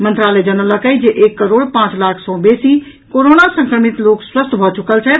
मंत्रालय जनौलक अछि जे एक करोड़ पांच लाख सॅ बेसी कोरोना संक्रमित लोक स्वस्थ भऽ चुकल छथि